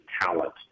talent